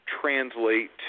translate